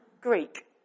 Greek